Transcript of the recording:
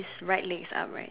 his right leg's outwards